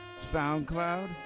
SoundCloud